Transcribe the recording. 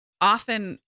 often